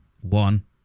one